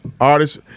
artists